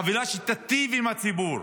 חבילה שתיטיב עם הציבור.